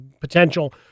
potential